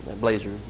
Blazer